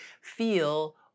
feel